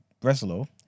Breslow